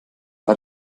bei